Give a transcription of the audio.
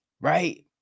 right